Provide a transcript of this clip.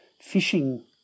fishing